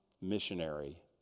missionary